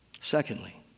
Secondly